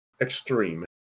Extreme